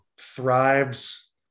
thrives